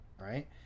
right